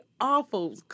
awful